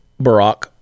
Barack